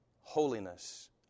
Holiness